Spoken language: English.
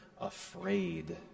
afraid